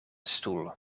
stoel